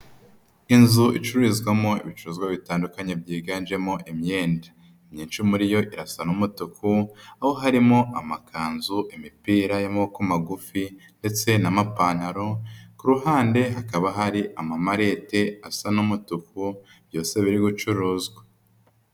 Inzu icururizwamo ibicuruzwa bitandukanye byiganjemo imyenda. Imyinshi muri yo irasa n'umutuku, aho harimo amakanzu, imipira y'amaboko magufi ndetse n'amapantaro, ku ruhande hakaba hari ama marete asa n'umutu, byose biri gucuruzwa.